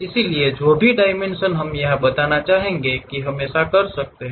इसलिए जो भी डायमेंशन हम यह बताना चाहेंगे कि हम ऐसा कर सकते हैं